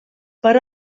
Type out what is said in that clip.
per